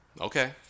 okay